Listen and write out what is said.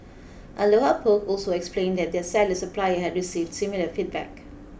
Aloha Poke also explained that their salad supplier had received similar feedback